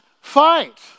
fight